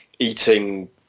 eating